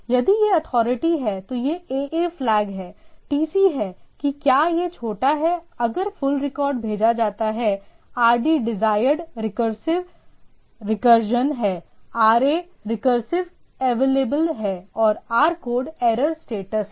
यदि यह अथॉरिटी है तो यह AA फ्लैग है TC है कि क्या यह छोटा है अगर फुल रिकॉर्ड भेजा जाता है RD डिजायर्ड रिकसिव रिकजन है RA रिकसिव अवेलेबल है और rCode एरर स्टेटस है